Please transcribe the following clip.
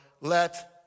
let